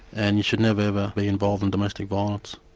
and you should never ever be involved in domestic violence,